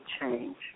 change